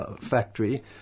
Factory